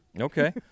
Okay